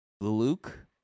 Luke